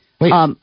Wait